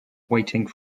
waiting